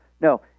No